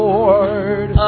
Lord